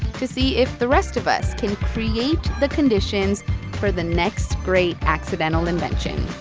to see if the rest of us can create the conditions for the next great accidental invention